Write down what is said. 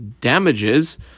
damages